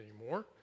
anymore